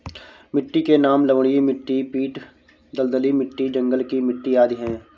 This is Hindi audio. मिट्टी के नाम लवणीय मिट्टी, पीट दलदली मिट्टी, जंगल की मिट्टी आदि है